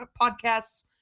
podcasts